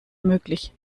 möglich